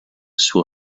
suo